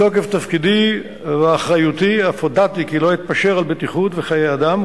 מתוקף תפקידי ואחריותי אף הודעתי כי לא אתפשר על בטיחות וחיי אדם,